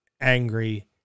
angry